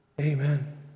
Amen